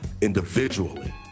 individually